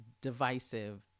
divisive